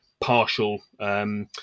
partial